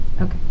Okay